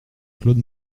claude